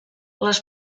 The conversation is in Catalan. les